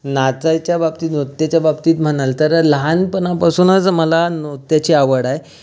नाचायच्या बाबतीत नृत्याच्या बाबतीत म्हणाल तर लहानपणापासूनच मला नुत्याची आवड आहे